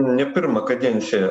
ne pirmą kadenciją